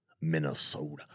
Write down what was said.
Minnesota